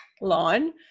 line